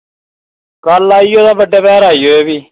कल आई जायो बड्डै पैह्र आई जायो भी